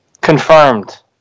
Confirmed